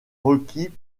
requis